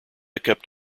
kept